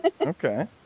okay